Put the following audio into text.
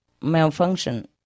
malfunction